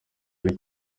ari